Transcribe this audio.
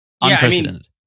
unprecedented